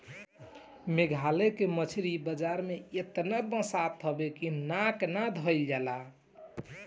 मेघालय के मछरी बाजार में एतना मछरी बसात हवे की नाक ना धइल जाला